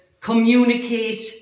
communicate